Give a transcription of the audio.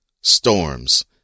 storms